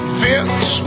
fits